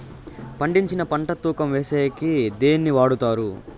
పండించిన పంట తూకం వేసేకి దేన్ని వాడతారు?